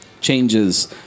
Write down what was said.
changes